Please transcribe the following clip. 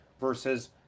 versus